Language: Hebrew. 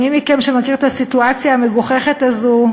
מי מכם שמכיר את הסיטואציה המגוחכת הזאת,